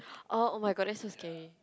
oh oh-my-god that's so scary